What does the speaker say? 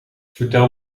vertel